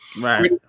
Right